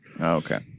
okay